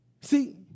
See